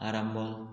Arambol